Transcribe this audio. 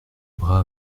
bras